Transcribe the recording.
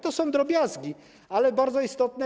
To są drobiazgi, ale bardzo istotne.